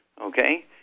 okay